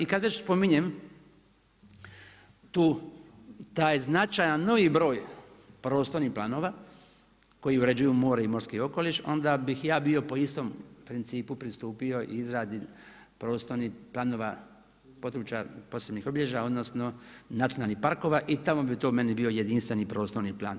I kada već spominjem taj značajan novi broj prostornih planova koji uređuju more i morski okoliš, onda bih ja bio po istom principu pristupio izradi prostornih planova područna posebnih obilježja, odnosno nacionalnih parkova i tamo bi to meni bio jedinstveni prostorni plan.